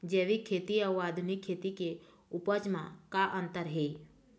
जैविक खेती अउ आधुनिक खेती के उपज म का अंतर हे?